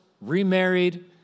remarried